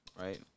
right